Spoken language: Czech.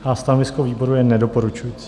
A stanovisko výboru je nedoporučující.